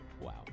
wow